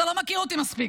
אתה לא מכיר אותי מספיק.